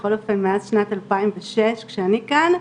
בכל אופן מאז שנת 2006 כשאני כאן,